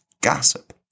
gossip